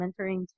mentoring